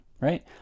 right